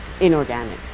inorganic